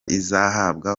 izahabwa